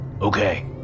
Okay